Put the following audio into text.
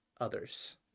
others